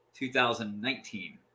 2019